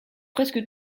presque